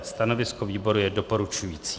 Stanovisko výboru je doporučující.